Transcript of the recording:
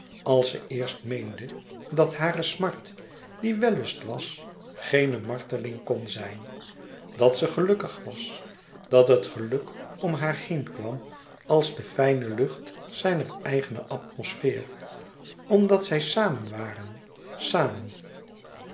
als ze eerst meende dat hare smart die wellust was geene marteling kon zijn dat ze gelukkig was dat het geluk om haar heen kwam als de fijne lucht zijner eigene atmosfeer omdat zij samen waren samen